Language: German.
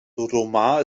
dodoma